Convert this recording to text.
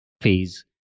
phase